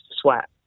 sweat